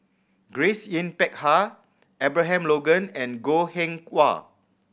Grace Yin Peck Ha Abraham Logan and Goh Eng Wah